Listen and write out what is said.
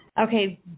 Okay